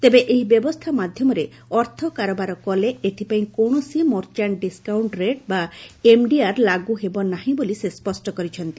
ତେବେ ଏହି ବ୍ୟବସ୍ଥା ମାଧ୍ୟମରେ ଅର୍ଥ କାରବାର କଲେ ଏଥିପାଇଁ କୌଣସି ମର୍ଚ୍ଚାଣ୍ଟ ଡିସ୍କାଉଣ୍ଟ ରେଟ୍ ବା ଏମ୍ଡିଆର୍ ଲାଗୁ ହେବ ନାହିଁ ବୋଲି ସେ ସ୍ୱଷ୍ଟ କରିଛନ୍ତି